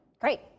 Great